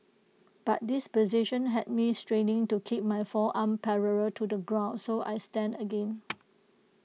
but this position had me straining to keep my forearm parallel to the ground so I stand again